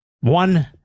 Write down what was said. one